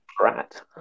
Right